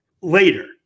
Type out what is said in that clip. later